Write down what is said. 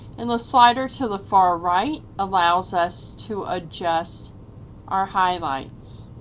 and the slider to the far right allows us to adjust our highlights.